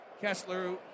Kessler